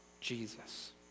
Jesus